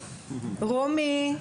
רומי,